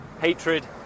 hatred